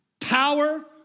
power